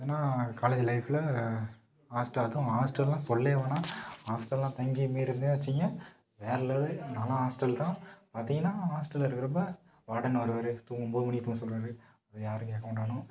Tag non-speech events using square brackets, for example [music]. ஏன்னால் காலேஜு லைஃப்பில் ஹாஸ்டலுக்கும் ஹாஸ்டல்லாம் சொல்லவே வேணாம் ஹாஸ்டல்லாம் தங்கி [unintelligible] வச்சுக்கோங்க வேற லெவலு நான்லாம் ஹாஸ்டல் தான் பார்த்தீங்கன்னா ஹாஸ்டலில் இருக்கிறப்ப வார்டன் வருவார் தூங்கு ஒம்பது மணிக்கு தூங்க சொல்வார் அதை யாரும் கேட்க மாட்டானுவோ